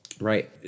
Right